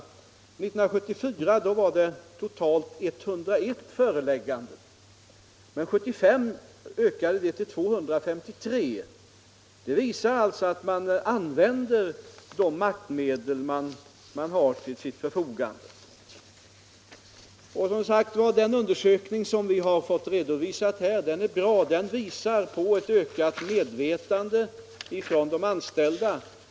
1974 utfärdades totalt 101 förelägganden, men 1975 ökade antalet till 253. Det visar att myndigheterna använder de maktmedel de har till sitt förfogande. Den undersökning som vi har fått redovisad här är bra. Den visar på ett ökat medvetande hos de anställda.